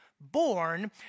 born